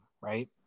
Right